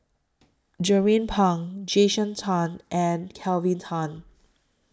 Jernnine Pang Jason Chan and Kelvin Tan